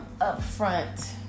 upfront